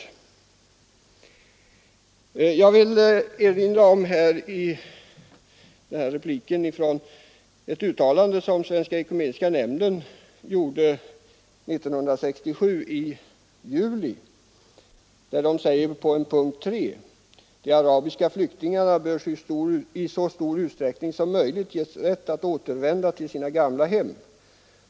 Jag vill erinra om ett uttalande som Svenska ekumeniska nämnden gjorde i juli 1967. Man säger där under punkt 3: ”De arabiska flyktingarna bör i så stor utsträckning som möjligt ges rätt att återvända till sina gamla hem.